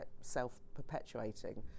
self-perpetuating